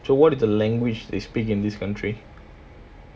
so what is the language they speak in this country